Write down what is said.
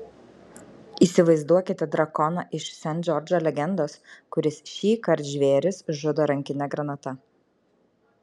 įsivaizduokite drakoną iš sent džordžo legendos kuris šįkart žvėris žudo rankine granata